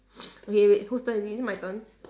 okay wait whose turn is it is it my turn